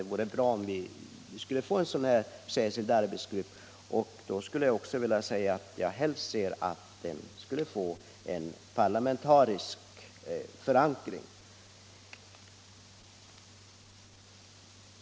Det vore bra om vi fick en särskild arbetsgrupp, och jag skulle helst se att den fick parlamentarisk förankring.